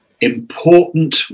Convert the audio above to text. important